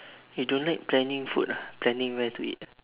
I don't like planning food ah planning where to eat